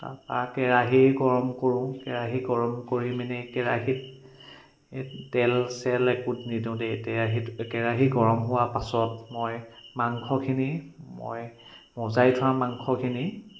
তাৰপৰা কেৰাহি গৰম কৰোঁ কেৰাহি গৰম কৰি মানে কেৰাহিত এই তেল চেল একো নিদোঁ দেই কেৰাহিত কেৰাহি গৰম হোৱা পাছত মই মাংসখিনি মই মজাই থোৱা মাংসখিনি